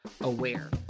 aware